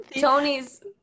Tony's